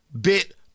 bit